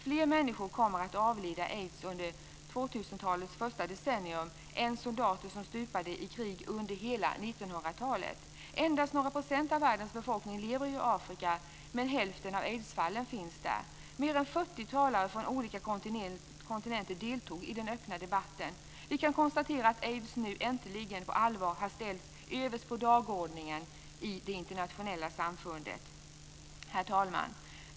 Fler människor kommer att avlida i aids under 2000-talets första decennium jämfört med antalet soldater som stupat i krig under hela 1900-talet. Endast några procent av världens befolkning lever i Afrika men hälften av aidsfallen finns där. Mer än 40 talare från olika kontinenter deltog i den öppna debatten. Vi kan konstatera att aids äntligen på allvar har satts överst på dagordningen i det internationella samfundet. Herr talman!